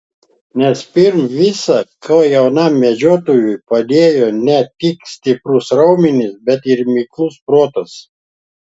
nes pirm visa ko jaunam medžiotojui padėjo ne tik stiprūs raumenys bet ir miklus protas